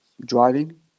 driving